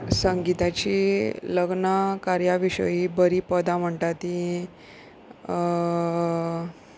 संगीताची लग्न कार्यां विशयी बरी पदां म्हणटा तीं